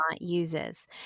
uses